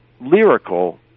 lyrical